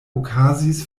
okazis